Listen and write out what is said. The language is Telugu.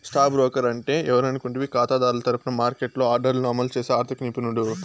స్టాక్ బ్రోకర్ అంటే ఎవరనుకుంటివి కాతాదారుల తరపున మార్కెట్లో ఆర్డర్లను అమలు చేసి ఆర్థిక నిపుణుడు